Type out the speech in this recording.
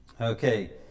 Okay